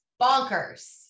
bonkers